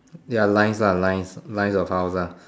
ya lines ah lines lines of house lah